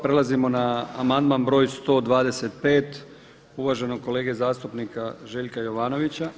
Prelazimo na amandman broj 125 uvaženog kolega zastupnika Željka Jovanovića.